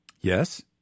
Yes